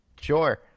Sure